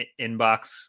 inbox